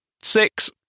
Six